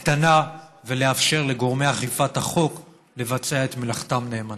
הקטנה, ונאפשר לגורמי החוק לבצע מלאכתם נאמנה.